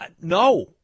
no